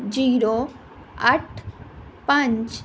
zero ਅੱਠ ਪੰਜ